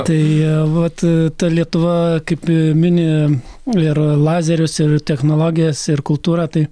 tai vat ta lietuva kaip mini ir lazerius ir technologijas ir kultūrą tai